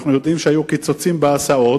אנחנו יודעים שהיו קיצוצים בהסעות,